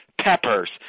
peppers